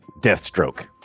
Deathstroke